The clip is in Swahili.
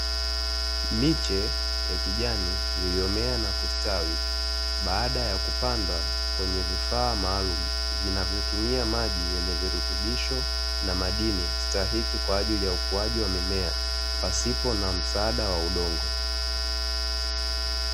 Miche ya kijani iliyomea na kustawi, baada ya kupandwa kwenye vifaa maalumu vinavyotumia maji na virutubisho na madini stahiki kwa ajili ya ukuaji wa mimea pasipo na msaada wa udongo.